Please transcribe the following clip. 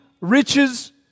riches